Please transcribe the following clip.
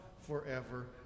forever